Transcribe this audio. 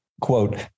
Quote